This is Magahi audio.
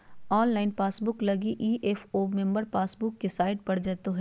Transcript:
ऑनलाइन पासबुक लगी इ.पी.एफ.ओ मेंबर पासबुक के साइट पर जाय होतो